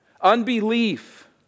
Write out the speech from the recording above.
Unbelief